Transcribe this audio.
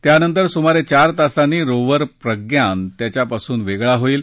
त्यानंतर सुमारे चार तासांनी रोव्हर प्रज्ञान त्यांच्यापासून वेगळा होईल